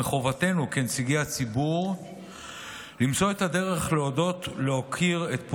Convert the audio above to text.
אנחנו מתעוררים עם ההודעות הבלתי-אפשריות שהותרו